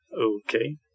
Okay